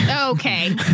Okay